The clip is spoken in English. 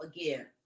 again